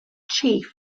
chief